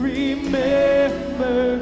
Remember